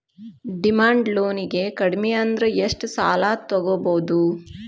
Demand ಲೊನಿಗೆ ಕಡ್ಮಿಅಂದ್ರ ಎಷ್ಟ್ ಸಾಲಾ ತಗೊಬೊದು?